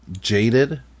jaded